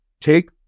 take